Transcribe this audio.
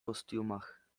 kostiumach